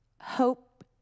Hope